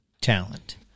talent